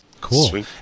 cool